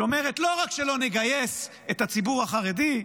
שאומרת לא רק שלא נגייס את הציבור החרדי,